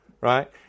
Right